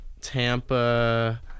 Tampa